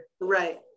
right